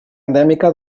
endèmica